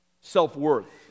self-worth